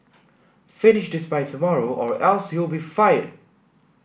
finish this by tomorrow or else you'll be fired